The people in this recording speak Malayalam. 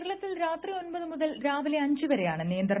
കേരളത്തിൽ രാത്രി ഒൻപത് മുതൽ രാവിലെ അഞ്ച് വരെയാണ് നിയന്ത്രണം